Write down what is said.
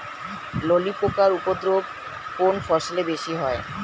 ললি পোকার উপদ্রব কোন ফসলে বেশি হয়?